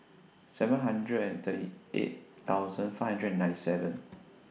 seven hundred and thirty eight thousand five hundred and ninety seven